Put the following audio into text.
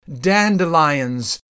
dandelions